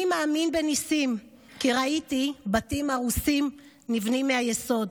// אני מאמין בניסים / כי ראיתי בתים הרוסים / נבנים מהיסוד.